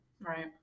Right